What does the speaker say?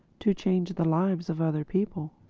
to change the lives of other people.